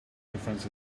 difference